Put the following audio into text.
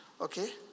Okay